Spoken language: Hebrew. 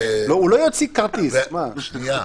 השאלה